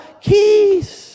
keys